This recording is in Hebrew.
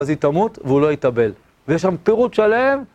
אז היא תמות, והוא לא יתאבל, ויש שם פירוט שלם.